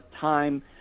time